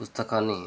పుస్తకాన్ని